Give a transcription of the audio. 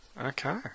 okay